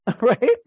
right